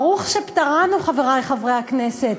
ברוך שפטרנו, חברי חברי הכנסת.